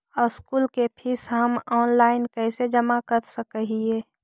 School के fees हम online कैसे जमा कर सक हिय?